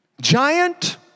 Giant